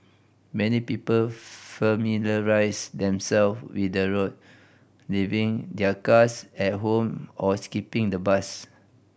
many people familiarised themselves with the route leaving their cars at home or skipping the bus